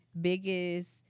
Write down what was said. biggest